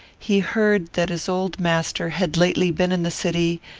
he heard that his old master had lately been in the city,